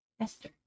Esther